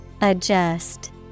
Adjust